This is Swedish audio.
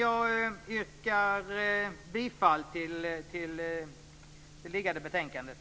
Jag yrkar bifall till hemställan i betänkandet.